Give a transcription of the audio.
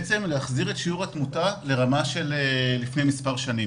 בעצם להחזיר את שיעור התמותה לרמה שהייתה לפני מספר שנים.